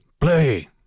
play